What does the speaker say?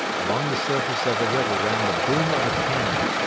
along the surface of the river ran the boom of a cannon,